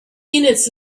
minutes